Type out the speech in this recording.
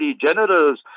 generals